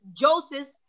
Joseph